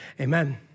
Amen